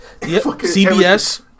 CBS